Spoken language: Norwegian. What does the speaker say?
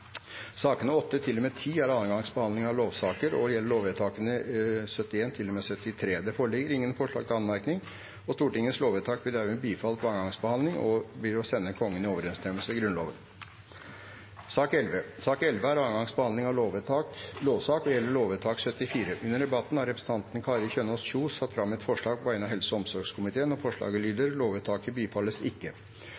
Sakene nr. 8–10 er andre gangs behandling av lovsaker og gjelder lovvedtakene 71–73. Det foreligger ingen forslag til anmerkning til noen av sakene. Stortingets lovvedtak er dermed bifalt ved andre gangs behandling og blir å sende Kongen i overensstemmelse med Grunnloven. Sak nr. 11 er andre gangs behandling av lovsak og gjelder lovvedtak 74. Under debatten har representanten Kari Kjønaas Kjos satt fram et forslag på vegne av helse- og omsorgskomiteen. Forslaget